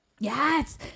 Yes